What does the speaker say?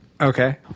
Okay